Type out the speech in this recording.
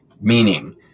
Meaning